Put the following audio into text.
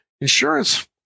Insurance